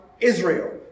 Israel